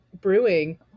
brewing